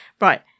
Right